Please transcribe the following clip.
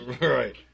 Right